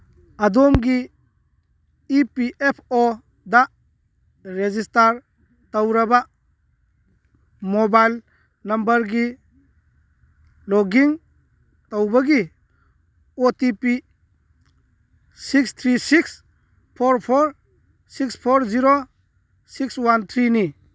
ꯑꯗꯣꯝꯒꯤ E P F ꯑꯣꯗ register ꯇꯧꯔꯕ ꯃꯣꯕꯥꯏꯜ ꯅꯝꯕꯔꯒꯤ ꯂꯣꯛ ꯏꯟ ꯇꯧꯕꯒꯤ O T P six three six four four six four zero six one ꯊ꯭ꯔꯤꯅꯤ